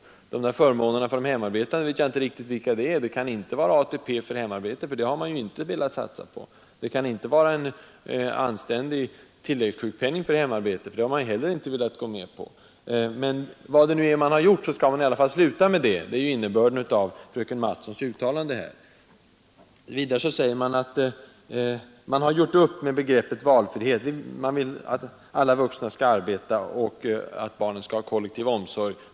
Jag vet inte riktigt vilka förmåner för de hemarbetande som avses. Det kan inte vara ATP för hemarbete, eftersom man inte har velat införa det. Det kan inte vara en anständig tilläggssjukpenning för hemarbete, för det har man heller inte velat gå med på. Men vad det nu än är man har gjort, skall man i alla fall sluta med det — det är innebörden av fröken Mattsons uttalande här. Vidare heter det att man har gjort upp med begreppet valfrihet. Man vill att alla vuxna skall arbeta och att barnen skall få kollektiv omsorg.